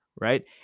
right